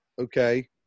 okay